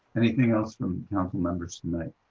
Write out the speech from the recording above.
anything else from councilmembers tonight?